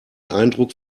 eindruck